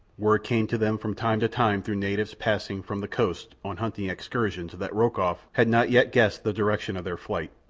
word came to them from time to time through natives passing from the coast on hunting excursions that rokoff had not yet guessed the direction of their flight.